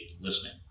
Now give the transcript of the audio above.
listening